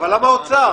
אבל למה אוצר?